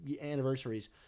anniversaries